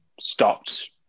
stopped